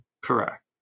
Correct